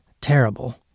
terrible